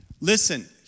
listen